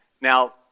Now